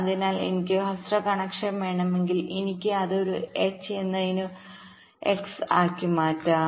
അതിനാൽ എനിക്ക് ഹ്രസ്വ കണക്ഷൻ വേണമെങ്കിൽ എനിക്ക് അത് ഒരു എച്ച് എന്നതിനുപകരം ഒരു എക്സ് ആക്കി മാറ്റാം